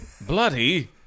Bloody